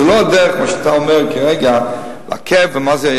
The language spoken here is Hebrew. זו לא הדרך שאתה אומר כרגע, לעכב.